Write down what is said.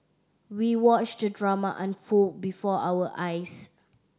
we watched the drama unfold before our eyes